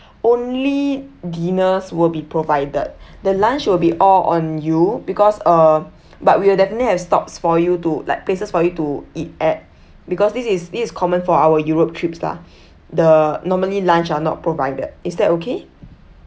only dinners will be provided the lunch will be all on you because uh but we'll definitely have stops for you to like places for you to eat at because this is this is common for our europe trips lah the normally lunch are not provided is that okay